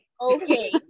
okay